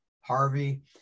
Harvey